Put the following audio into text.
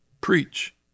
preach